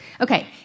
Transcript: Okay